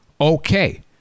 okay